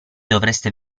dovreste